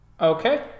Okay